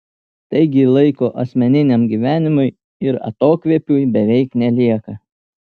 taigi laiko asmeniniam gyvenimui ir atokvėpiui beveik nelieka